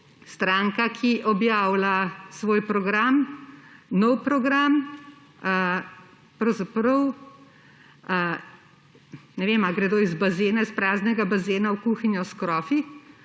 stranka, ki objavlja svoj program, nov program – pravzaprav ne vem, ali gredo iz praznega bazena v kuhinjo s krofi,